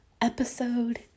episode